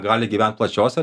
gali gyvent plačiose